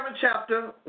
chapter